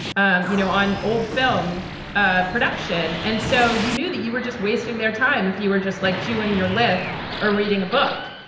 um you know, on old film ah production. and so you knew that you were just wasting their time if you were just like chewing your lip or reading a book.